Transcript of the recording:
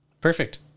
Perfect